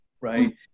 Right